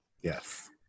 Yes